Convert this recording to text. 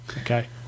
Okay